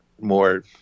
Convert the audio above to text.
more